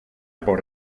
por